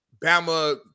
Bama